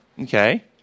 okay